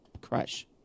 crash